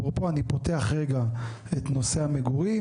אפרופו, אני פותח רגע את נושא המגורים.